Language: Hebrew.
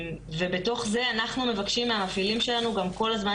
ובתוך זה אנחנו גם מבקשים מהמפעילים שלנו כל הזמן